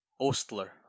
Ostler